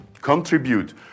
contribute